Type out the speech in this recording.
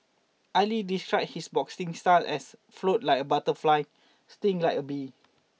Ali described his boxing style as float like a butterfly sting like a bee